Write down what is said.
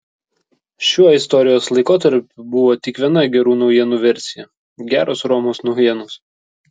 šiuo istorijos laikotarpiu buvo tik viena gerų naujienų versija geros romos naujienos